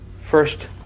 first